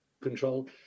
control